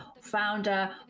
founder